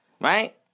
right